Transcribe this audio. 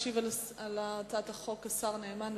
ישיב על הצעת החוק השר נאמן.